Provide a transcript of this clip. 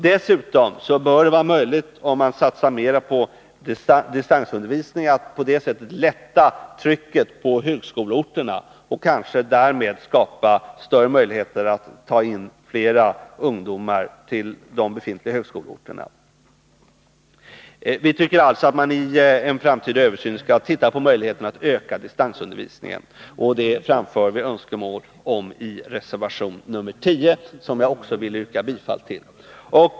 Dessutom bör det vara möjligt, om man satsar mera på distansundervisningen, att lätta trycket på högskoleorterna och därmed kanske skapa större möjligheter att ta in flera ungdomar på de befintliga högskoleorterna. Vi tycker alltså att man i en framtida översyn skall titta på möjligheterna att öka distansundervisningen. Detta framför vi önskemål om i reservation 10, som jag också vill yrka bifall till.